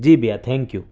جی بھیا thank you